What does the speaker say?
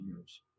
years